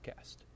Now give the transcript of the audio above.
Podcast